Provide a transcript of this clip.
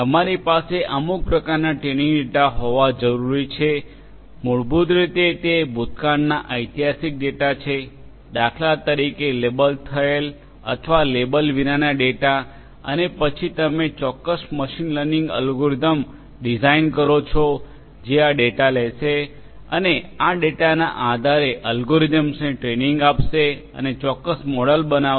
તમારી પાસે અમુક પ્રકારના ટ્રેનિંગ ડેટા હોવા જરૂરી છે મૂળભૂત રીતે તે ભૂતકાળના ઐતિહાસિક ડેટા છે દાખલા તરીકે લેબલ થયેલ અથવા લેબલ વિનાના ડેટા અને પછી તમે ચોક્કસ મશીન લર્નિંગ એલ્ગોરિધમ્સ ડિઝાઇન કરો છો જે આ ડેટા લેશે અને આ ડેટાના આધારે અલ્ગોરિધમ્સને ટ્રેનિંગ આપશે અને ચોક્કસ મોડેલો બનાવશે